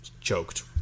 choked